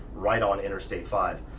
right on interstate five.